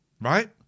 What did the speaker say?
right